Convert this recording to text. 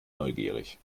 neugierig